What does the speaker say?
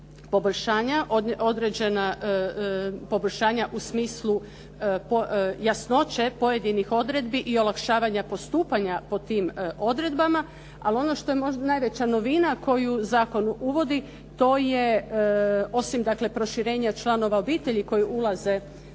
poboljšanja u smislu jasnoće pojedinih odredbi i olakšavanja postupanja po tim odredbama. Ali ono što je možda najveća novina koju zakon uvodi to je osim dakle proširenja članova obitelji koji ulaze